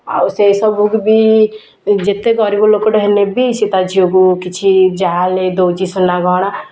ଆଉ ସେଇ ସବୁକୁ ବି ଯେତେ ଗରିବ ଲୋକଟେ ହେଲେ ବି ସିଏ ତା ଝିଅକୁ କିଛି ଯାହାହେଲେ ଦେଉଛି ସୁନା ଗହଣା